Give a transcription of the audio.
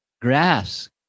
grass